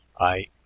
I